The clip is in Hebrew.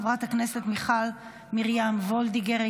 חברת הכנסת מיכל מרים וולדיגר,